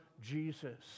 Jesus